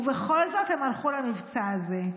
ובכל זאת הם הלכו למבצע הזה,